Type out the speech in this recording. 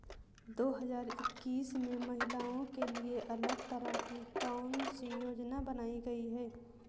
दो हजार इक्कीस में महिलाओं के लिए अलग तरह की कौन सी योजना बनाई गई है?